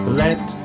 let